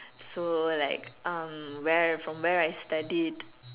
so like um where from where I studied